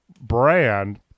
brand